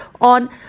on